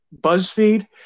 BuzzFeed